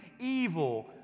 evil